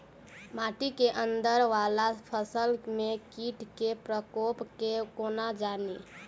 माटि केँ अंदर वला फसल मे कीट केँ प्रकोप केँ कोना जानि?